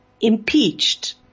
impeached